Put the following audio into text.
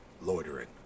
loitering